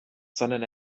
sondern